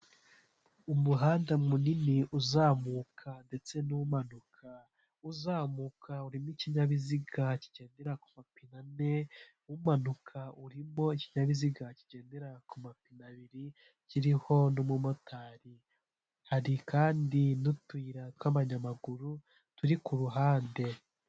Umuhanda munini uzamuka ndetse n'umanuka, uzamuka urimo ikinyabiziga kigendera ku mapin ane, umanuka urimo ikinyabiziga kigendera ku mapine abiri kiriho n'umumotari, hari kandi n'utuyira tw'abanyamaguru turi ku ruhande.